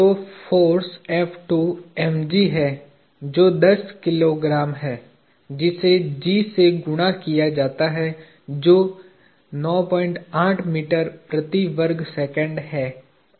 तो force mg है जो दस किलोग्राम है जिसे g से गुणा किया जाता है जो 98 मीटर प्रति वर्ग सेकंड है